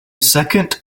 second